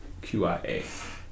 QIA